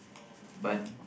but